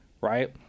right